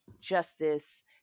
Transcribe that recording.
justice